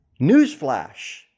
Newsflash